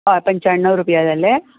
ह पंच्याण्णव रुपया जाले